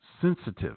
Sensitive